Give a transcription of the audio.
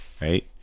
Right